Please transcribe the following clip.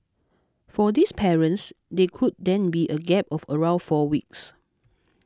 for these parents they could then be a gap of around four weeks